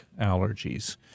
allergies